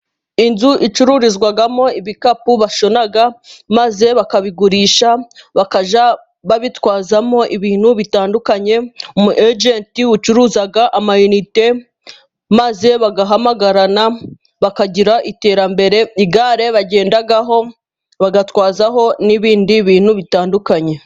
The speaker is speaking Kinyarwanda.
Inzu icururizwamo ibikapu bashona maze bakabigurisha, bakajya babitwaramo ibintu bitandukanye. Umu ejenti ucuruza ama inite maze bagahamagarana, bakagira iterambere. Igare bagendaho bagatwaraho n'ibindi bintu bitandukanye.